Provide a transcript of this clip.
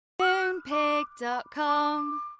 Moonpig.com